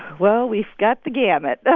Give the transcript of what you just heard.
well, we've got the gamut ah